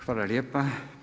Hvala lijepo.